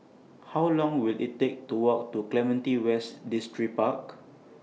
How Long Will IT Take to Walk to Clementi West Distripark